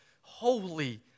holy